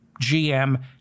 GM